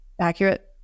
accurate